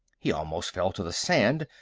he almost fell to the sand,